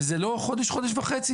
וזה לא חודש-חודש וחצי.